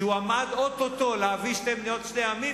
שהוא עמד או-טו-טו להביא שתי מדינות לשני עמים,